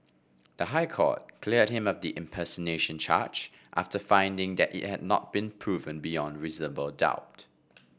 the High Court cleared him of the impersonation charge after finding that it had not been proven beyond reasonable doubt